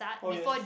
oh yes